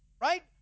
Right